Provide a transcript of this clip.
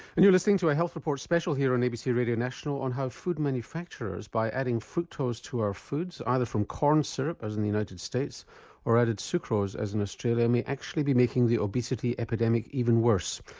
and you're listening to a health report special here on abc radio national on how food manufacturers by adding fructose to our foods, either from corn syrup as in the united states or added sucrose as in australia, may actually be making the obesity epidemic even worse,